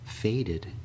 faded